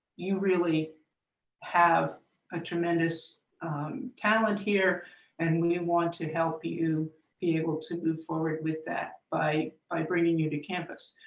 you really have a tremendous talent here and we want to help you be able to move forward with that by by bringing you to campus.